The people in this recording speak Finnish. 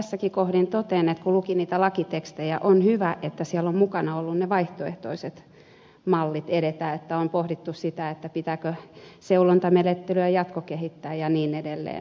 tässäkin kohden totean että kun luki niitä lakitekstejä on hyvä että siellä ovat mukana olleet ne vaihtoehtoiset mallit edetä että on pohdittu sitä pitääkö seulontamenettelyä jatkokehittää ja niin edelleen